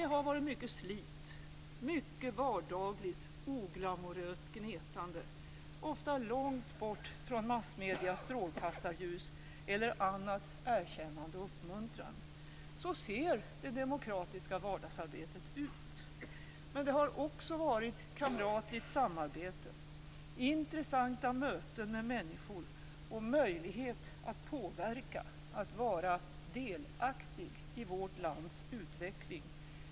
Det har varit mycket slit, mycket vardagligt, oglamoröst gnetande, ofta långt från massmediernas strålkastarljus eller annat erkännande och uppmuntran. Så ser det demokratiska vardagsarbetet ut. Men det har också varit kamratligt samarbete, intressanta möten med människor och möjlighet att påverka, att vara delaktig i vårt lands utveckling.